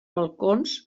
balcons